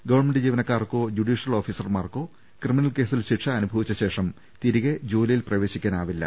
government ജീവനക്കാർക്കോ judicial ഓഫീ സർമാർക്കോ ക്രിമിനൽകേസിൽ ശിക്ഷ അനുഭവിച്ചശേഷം തിരികെ ജോലിയിൽ പ്രവേശിക്കാനാവില്ല